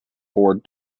board